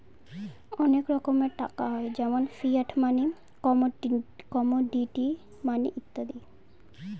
অনেক রকমের টাকা হয় যেমন ফিয়াট মানি, কমোডিটি মানি ইত্যাদি